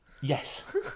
Yes